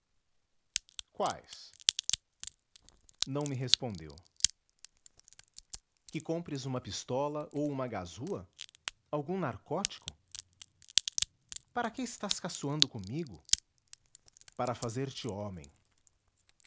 quais não me respondeu que compres uma pistola ou uma gazua algum narcótico para que estás caçoando comigo para fazer-te homem